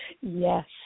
Yes